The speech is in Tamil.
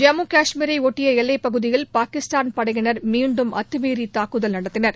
ஜம்மு கஷ்மீரை ஷட்டிய எல்லைப்பகுதியில் பாகிஸ்தான் படையினர் மீண்டும் அத்துமீறி தாக்குதல் நடத்தினர்